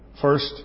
first